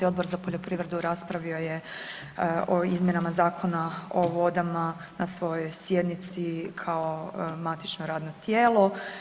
Odbor za poljoprivredu raspravio je o izmjenama Zakona o vodama na svojoj sjednici kao matično radno tijelo.